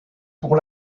pour